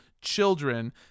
children